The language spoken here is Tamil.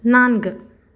நான்கு